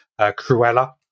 Cruella